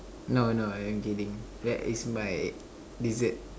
no no I am kidding that is my dessert